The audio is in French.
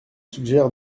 suggère